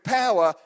power